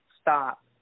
stop